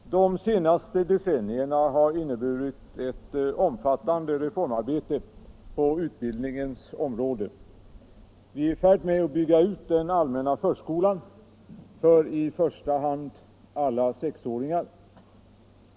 Herr talman! De senaste decennierna har inneburit ett omfattande reformarbete på utbildningens område. Vi är i färd med att bygga ut den allmänna förskolan för i första hand alla sexåringar.